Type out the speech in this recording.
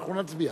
ואנחנו נצביע.